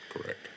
Correct